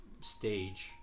stage